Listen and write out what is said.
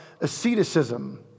asceticism